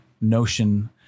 notion